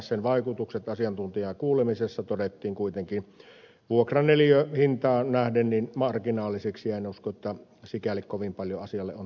sen vaikutukset asiantuntijakuulemisessa todettiin kuitenkin vuokraneliöhintaan nähden marginaalisiksi ja en usko että sikäli kovin paljon asialle on tehtävissä